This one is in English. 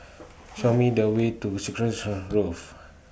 Show Me The Way to Grove